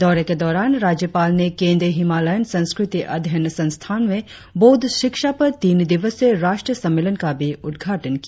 दौरे के दौरान राज्यपाल ने केंद्रीय हिमालयन संस्कृति अध्ययन संस्थान में बौद्ध शिक्षा पर तीन दिवसीय राष्ट्रीय सम्मेलन का भी उद्घाटन किया